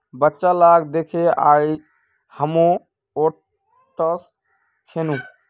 बच्चा लाक दखे आइज हामो ओट्स खैनु